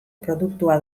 produktua